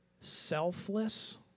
selfless